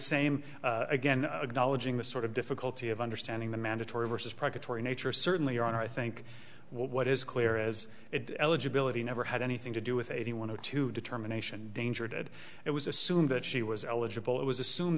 same again the sort of difficulty of understanding the mandatory versus predatory nature certainly your honor i think what is clear is it eligibility never had anything to do with eighty one or two determination danger did it was assumed that she was eligible it was assume